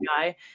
Guy